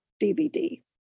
DVD